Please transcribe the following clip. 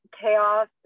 chaos